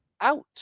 out